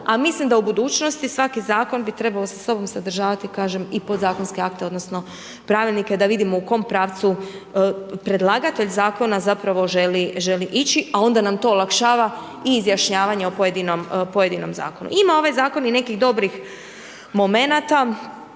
A mislim da u budućnosti svaki zakon bi trebao sa sobom sadržavati kažem, i podzakonske akte odnosno pravilnike da vidimo u kom pravcu predlagatelj zakona zapravo želi ići a onda nam to olakšava i izjašnjavanje o pojedinom zakonu. Ima ovaj zakon i nekih dobrih momenata